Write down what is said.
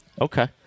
Okay